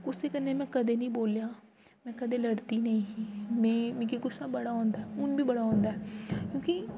कुसै कन्नै में कदें नि बोलेआ में कदें लड़दी नेईं ही में मिगी गुस्सा बड़ा औंदा ऐ हून बी बड़ा औंदा ऐ